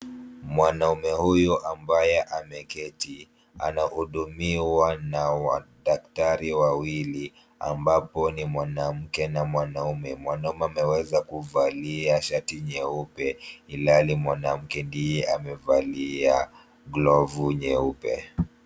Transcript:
Mwanaume huyu ambaye ameketi, anahudumiwa na daktari wawili ambapo ni mwanamke na mwanaume. Mwanaume ameweza kuvalia shati nyeupe ilhali mwanamke ndiye amevalia glovu nyeupe.